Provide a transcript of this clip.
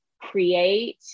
create